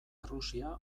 errusia